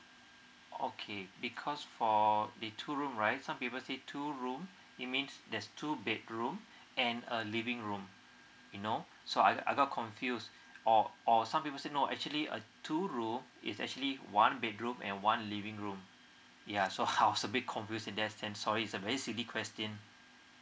okay because for the two room right some people say two room it means there's two bedroom and a living room you know so I I got confused or or some people said no actually a two room is actually a one bedroom and one living room yeah so how it's a bit confusing and there sorry it's a very silly question